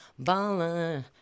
baller